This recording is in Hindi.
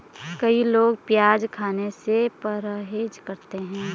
कई लोग प्याज खाने से परहेज करते है